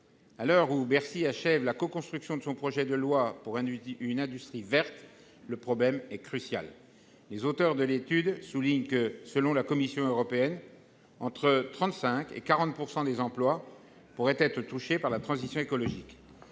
À l'heure où Bercy achève la coconstruction de son projet de loi pour une industrie verte, le problème est crucial. Les auteurs de l'étude soulignent que, « selon la Commission européenne, entre 35 % et 40 % des emplois pourraient être touchés par la transition écologique